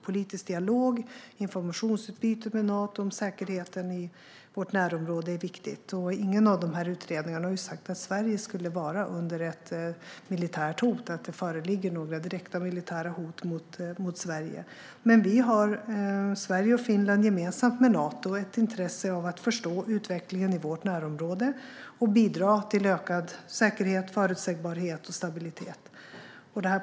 Politisk dialog och informationsutbyte med Nato om säkerheten i vårt närområde är viktigt. Ingen av utredningarna har sagt att det föreligger några direkta militära hot mot Sverige. Gemensamt med Nato har Sverige och Finland ett intresse av att förstå utvecklingen i vårt närområde och bidra till ökad säkerhet, förutsägbarhet och stabilitet.